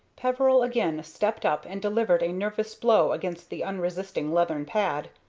peveril again stepped up and delivered a nervous blow against the unresisting leathern pad,